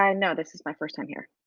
ah and no, this is my first time here.